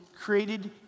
created